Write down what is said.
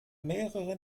mehrere